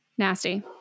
Nasty